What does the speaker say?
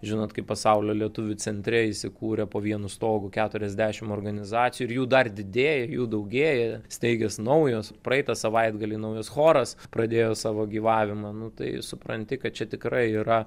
žinot kai pasaulio lietuvių centre įsikūrę po vienu stogu keturiasdešim organizacijų ir jų dar didėja jų daugėja steigias naujos praeitą savaitgalį naujas choras pradėjo savo gyvavimą nu tai supranti kad čia tikrai yra